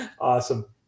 Awesome